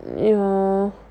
ya